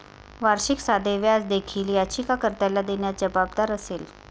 वार्षिक साधे व्याज देखील याचिका कर्त्याला देण्यास जबाबदार असेल